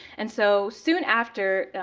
and so soon after,